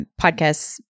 podcasts